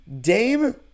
Dame